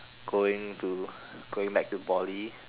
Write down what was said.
going to going back to Poly